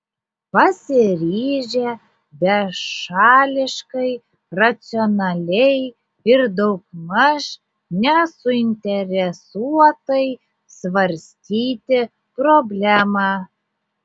pasiryžę bešališkai racionaliai ir daugmaž nesuinteresuotai svarstyti problemą